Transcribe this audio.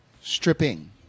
stripping